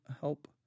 help